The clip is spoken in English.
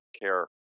care